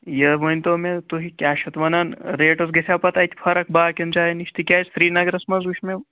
یہٕ ؤنۍتو مےٚ تُہۍ کیٛاہ چھِ اَتھ وَنان ریٹَس گژھیٛا پَتہٕ اَتہِ فرق باقٕیَن جایَن نِش تِکیٛازِ سرینگرَس منٛز وُچھ مےٚ